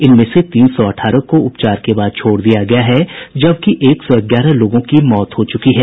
इनमें से तीन सौ अठारह को उपचार के बाद छोड़ दिया गया है जबकि एक सौ ग्यारह लोगों की मौत हो चुकी है